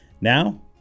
Now